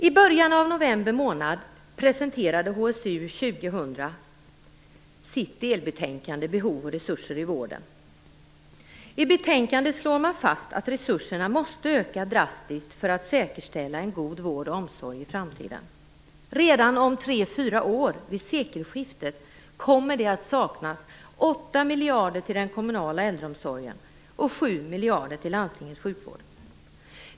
I början av november presenterade HSU 2000 sitt delbetänkande Behov och resurser i vården. I betänkandet slår man fast att resurserna måste öka drastiskt för att säkerställa en god vård och omsorg i framtiden. Redan om tre fyra år, vid sekelskiftet, kommer det att saknas 8 miljarder till den kommunala äldreomsorgen och 7 miljarder till landstingets sjukvård.